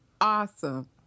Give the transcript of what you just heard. awesome